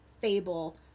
fable